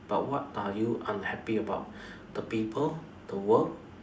but what are you unhappy about the people the work